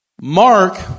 Mark